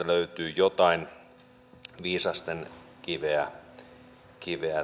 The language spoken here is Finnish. löytyy jotain viisasten kiveä kiveä